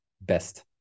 best